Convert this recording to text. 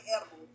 edible